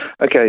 Okay